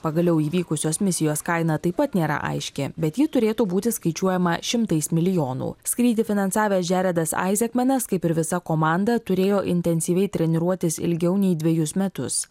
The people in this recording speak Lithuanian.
pagaliau įvykusios misijos kaina taip pat nėra aiški bet ji turėtų būti skaičiuojama šimtais milijonų skrydį finansavęs džeredas aisekmenas kaip ir visa komanda turėjo intensyviai treniruotis ilgiau nei dvejus metus